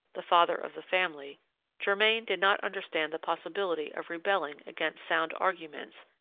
the father of the family germain did not understand the possibility of rebelling against sound arguments,